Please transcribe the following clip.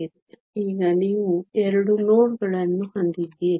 ಈಗ ನೀವು 2 ನೋಡ್ಗಳನ್ನು ಹೊಂದಿದ್ದೀರಿ